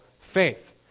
faith